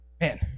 Man